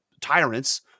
tyrants